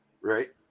right